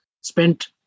spent